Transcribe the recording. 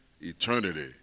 eternity